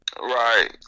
right